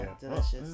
Delicious